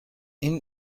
این